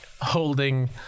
holding